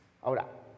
Ahora